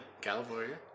California